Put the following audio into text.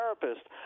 therapist